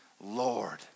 Lord